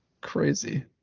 crazy